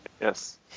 Yes